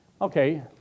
Okay